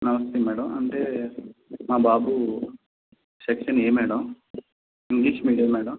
నమస్తే మేడం అంటే మా బాబు section A madam English medium madam